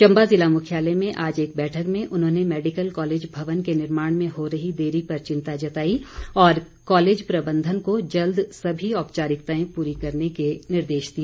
चंबा जिला मुख्यालय में आज एक बैठक में उन्होंने मैडिकल कॉलेज भवन के निर्माण में हो रही देरी पर चिंता जताई और कॉलेज प्रबंधन को जल्द सभी औपचारिकताएं पूरी करने के निर्देश दिए